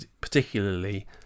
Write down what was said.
particularly